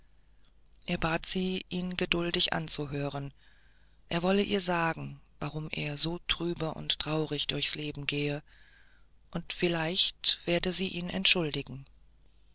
er bat sie ihn geduldig anzuhören er wolle ihr sagen warum er so trübe und traurig durchs leben gehe und vielleicht werde sie ihn entschuldigen